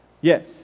Yes